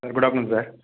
sir good afternoon sir